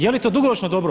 Jeli to dugoročno dobro?